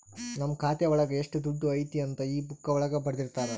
ನಮ್ ಖಾತೆ ಒಳಗ ಎಷ್ಟ್ ದುಡ್ಡು ಐತಿ ಅಂತ ಈ ಬುಕ್ಕಾ ಒಳಗ ಬರ್ದಿರ್ತರ